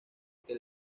que